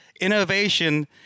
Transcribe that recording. innovation